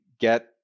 get